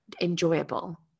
enjoyable